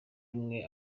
umwe